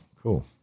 Cool